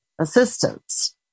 assistance